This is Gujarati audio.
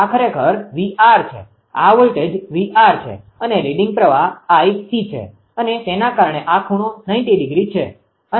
આ ખરેખર 𝑉𝑅 છે આ વોલ્ટેજ 𝑉𝑅 છે અને લીડીંગ પ્રવાહ 𝐼𝑐 છે અને તેના કારણે આ ખૂણો 90° છે